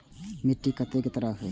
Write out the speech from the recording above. मिट्टी कतेक तरह के?